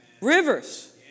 Rivers